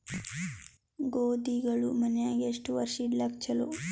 ಗೋಧಿಗಳು ಮನ್ಯಾಗ ಎಷ್ಟು ವರ್ಷ ಇಡಲಾಕ ಚಲೋ?